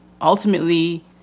ultimately